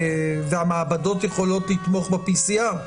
והמעבדות יכולות לתמוך ב-PCR,